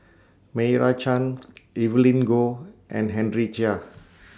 Meira Chand Evelyn Goh and Henry Chia